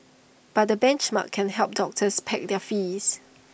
but the benchmarks can help doctors peg their fees